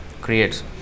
creates